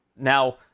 Now